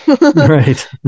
Right